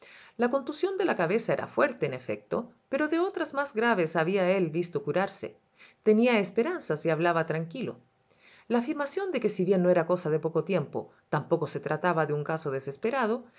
la contusión de la cabeza era fuerte en efecto pero de otras más graves había él visto curarse tenía esperanzas y hablaba tranquilo la afirmación de que si bien no era cosa de poco tiempo tampoco se trataba de un caso desesperado